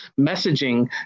messaging